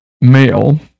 male